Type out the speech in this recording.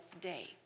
day